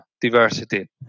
diversity